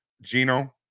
Gino